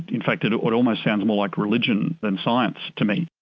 in fact, it it almost sounds more like religion than science to me.